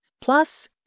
plus